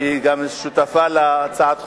שגם היא שותפה להצעת החוק.